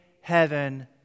heaven